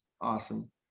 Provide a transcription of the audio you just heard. Awesome